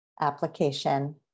application